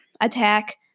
attack